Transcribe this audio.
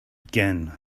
began